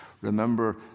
remember